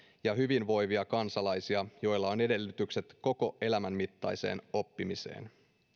ja hyvinvoivia kansalaisia joilla on edellytykset koko elämän mittaiseen oppimiseen